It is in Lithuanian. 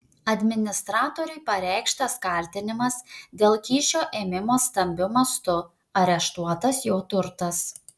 administratoriui pareikštas kaltinimas dėl kyšio ėmimo stambiu mastu areštuotas jo turtas